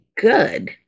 good